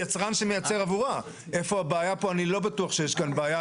אני חושב שצריך לקחת אפשרות גם להביא לביטול ההיטל.